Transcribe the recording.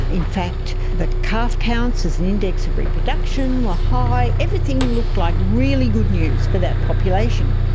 in fact, the calf counts as an index of reproduction were high, everything looked like really good news for that population,